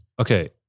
Okay